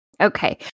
Okay